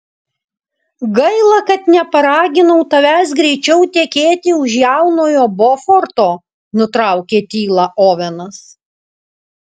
gaila kad neparaginau tavęs greičiau tekėti už jaunojo boforto nutraukė tylą ovenas